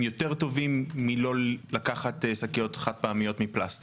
יותר טובים מלא לקחת שקיות חד פעמיות מפלסטיק?